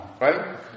Right